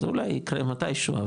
זה אולי ייקרה מתישהו,